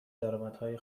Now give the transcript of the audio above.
درآمدهای